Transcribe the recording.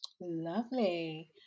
lovely